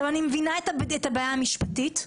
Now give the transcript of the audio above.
אני מבינה את הבעיה המשפטית,